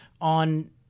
on